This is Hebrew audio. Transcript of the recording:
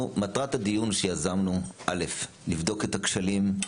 מטרת הדיון שיזמנו, א', לבדוק את הכשלים,